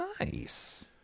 nice